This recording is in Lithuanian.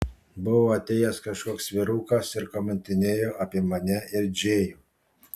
buvo atėjęs kažkoks vyrukas ir kamantinėjo apie mane ir džėjų